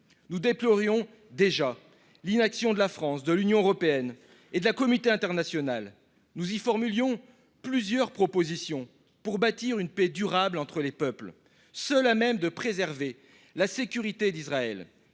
Nous déplorions déjà l’inaction de la France, de l’Union européenne et de la communauté internationale. Nous formulions en outre plusieurs propositions pour bâtir une paix durable entre les peuples – seule solution à même de préserver la sécurité d’Israël.